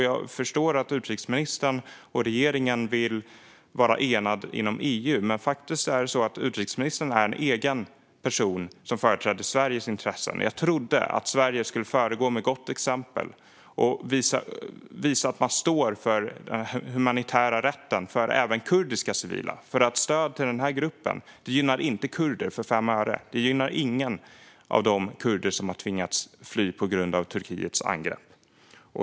Jag förstår att utrikesministern och regeringen vill vara enade inom EU. Men utrikesministern är en egen person som företräder Sveriges intressen. Jag trodde att Sverige skulle föregå med gott exempel och visa att man står för den humanitära rätten även för kurdiska civila. Stöd för den här gruppen gynnar inte kurder för fem öre. Det gynnar ingen av de kurder som har tvingats fly på grund av Turkiets angrepp.